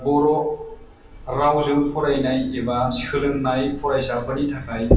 बर' रावजों फरायनाय एबा सोलोंनाय फरायसाफोरनि थाखाय